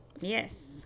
Yes